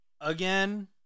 again